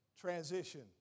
transition